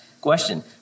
question